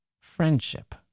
Friendship